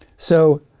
so,